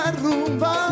rumba